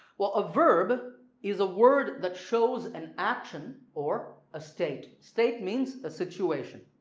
well a verb is a word that shows an action or a state state means a situation.